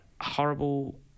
horrible